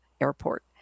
airport